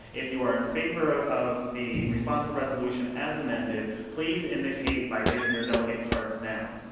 if you are in favor of the response everetz solution as amended, please indicate by raising your delegate cards now.